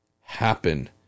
happen